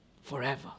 Forever